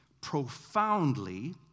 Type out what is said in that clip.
profoundly